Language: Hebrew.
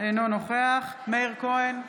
אינו נוכח מאיר כהן,